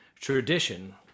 tradition